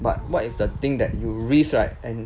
what what is the thing that you risk right and